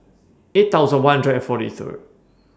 eight thousand one hundred and forty Third